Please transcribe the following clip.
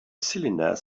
cylinder